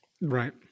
right